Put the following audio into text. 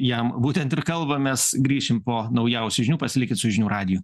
jam būtent ir kalbamės grįšim po naujausių žinių pasilikit su žinių radiju